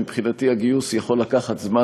שמבחינתי הגיוס יכול לקחת זמן,